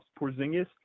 Porzingis